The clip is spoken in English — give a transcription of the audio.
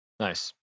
Nice